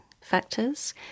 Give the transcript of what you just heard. factors